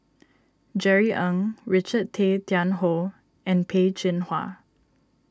Jerry Ng Richard Tay Tian Hoe and Peh Chin Hua